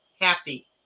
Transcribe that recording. happy